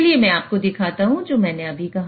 चलिए मैं आपको दिखाता हूं जो मैंने अभी कहा